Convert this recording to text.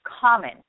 common